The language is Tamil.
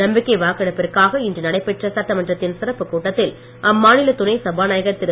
நம்பிக்கை வாக்கெடுப்பிற்காக இன்று நடைபெற்ற சட்டமன்றத்தின் சிறப்பு கூட்டத்தில் அம்மாநில துணை சபாநாயகர் திரு